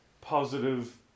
positive